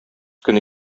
көне